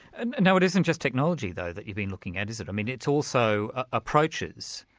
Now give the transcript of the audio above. and and now it isn't just technology though that you've been looking at is it, i mean it's also approaches.